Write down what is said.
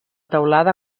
teulada